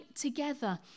together